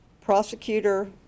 Prosecutor